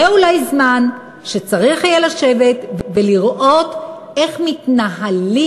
יהיה אולי זמן שצריך יהיה לשבת ולראות איך מתנהלים,